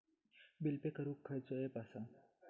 Bill pay करूक खैचो app असा?